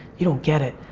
you don't get it,